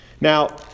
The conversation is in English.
Now